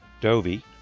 Dovey